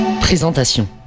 Présentation